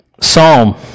Psalm